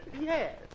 Yes